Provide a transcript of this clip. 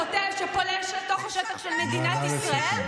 שפולש אל תוך השטח של מדינת ישראל.